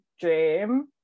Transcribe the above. dream